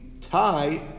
tie